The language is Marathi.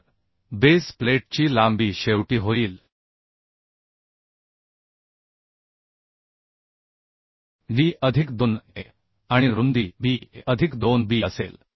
तर बेस प्लेटची लांबी शेवटी होईल D अधिक 2 Aआणि रुंदी BA अधिक 2 B असेल